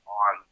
on